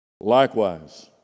Likewise